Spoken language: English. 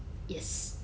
yes